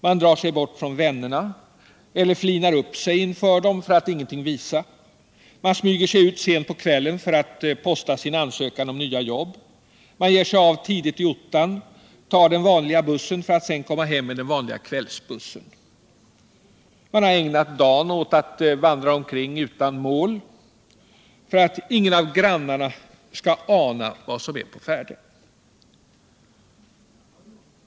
Man drar sig bort från vännerna eller flinar upp sig inför dem för att ingenting visa. Man smyger sig ut sent på kvällen för att posta sin ansökan om nytt jobb. Man ger sig av tidigt i ottan, tar den vanliga bussen för att sedan komma hem med den vanliga kvällsbussen. Man har ägnat dagen åt att vandra omkring utan mål för att ingen av grannarna skall ana vad som är på färde.